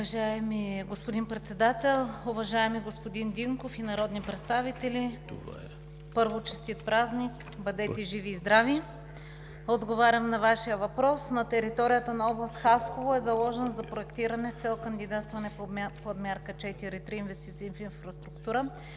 Уважаеми господин Председател, уважаеми господин Динков и народни представители! Първо, честит празник! Бъдете живи и здрави! Отговарям на Вашия въпрос. На територията на област Хасково е заложен за проектиране с цел кандидатстване по Подмярка 4.3 „Инвестиции в инфраструктура“